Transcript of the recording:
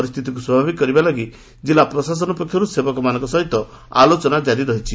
ପରିସ୍ଛିତିକୁ ସ୍ୱାଭାବିକ୍ କରିବା ଲାଗି ପ୍ରଶାସନ ପକ୍ଷରୁ ସେବକମାନଙ୍କ ସହିତ ଆଲୋଚନା ଜାରୀ ରହିଛି